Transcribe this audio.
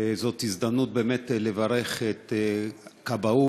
וזאת הזדמנות באמת לברך את הכבאות,